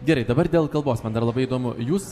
gerai dabar dėl kalbos man dar labai įdomu jūs